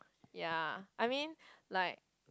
ya I mean like